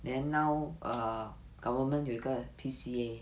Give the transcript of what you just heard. then now err government 有一个 P_C_A